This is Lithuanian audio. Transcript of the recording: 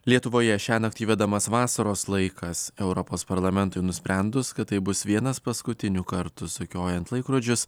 lietuvoje šiąnakt įvedamas vasaros laikas europos parlamentui nusprendus kad tai bus vienas paskutinių kartų sukiojant laikrodžius